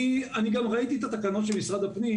אני גם ראיתי את התקנות של משרד הפנים